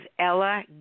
Ella